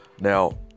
Now